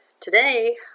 Today